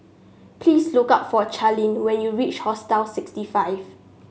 please look up for Charleen when you reach Hostel sixty five